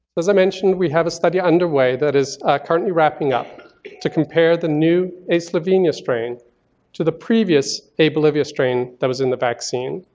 as i mentioned, we have a study underway that is currently wrapping up to compare the new a slovenia strain to the previous a bolivia strain that was in the vaccine.